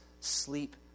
sleep